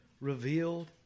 revealed